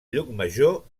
llucmajor